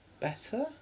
better